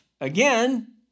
again